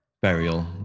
burial